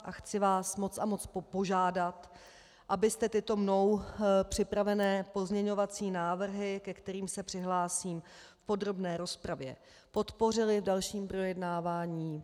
A chci vás moc a moc požádat, abyste tyto mnou připravené pozměňovací návrhy, ke kterým se přihlásím v podrobné rozpravě, podpořili v dalším projednávání.